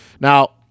Now